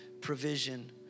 provision